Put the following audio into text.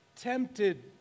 tempted